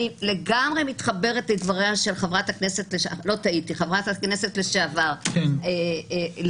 אני לגמרי מתחברת לדבריה של חברת הכנסת לשעבר לביא.